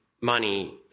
money